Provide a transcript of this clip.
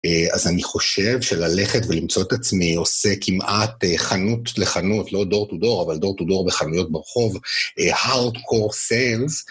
אז אני חושב שללכת ולמצוא את עצמי עושה כמעט חנות לחנות, לא דור-טו-דור, אבל דור-טו-דור בחנויות ברחוב, Hardcore sales.